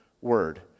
word